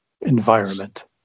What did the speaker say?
environment